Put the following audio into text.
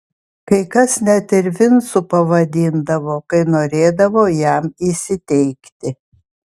kai kas net ir vincu pavadindavo kai norėdavo jam įsiteikti